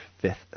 fifth